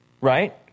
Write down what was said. Right